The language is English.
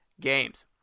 games